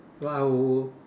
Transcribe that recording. but I will